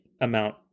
amount